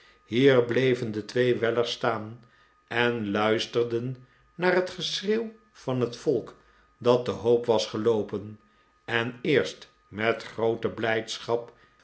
hier bleven de twee weller's staan en luisterden naar het geschreeuw van het volk dat te hoop was geloopen en eerst met groote blijdschap